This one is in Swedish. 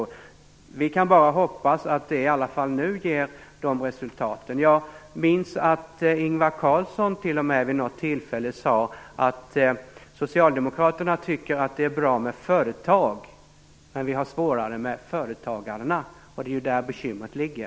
Vi kan bara hoppas att det ger resultat. Jag minns att Ingvar Carlsson vid något tilfälle sade att Socialdemokraterna tycker att det är bra med företag, men att man har svårare med företagarna. Det är där bekymret ligger.